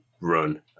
run